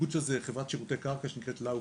הנציגות היא חברת שירותי קרקע שנקראת "לאופר".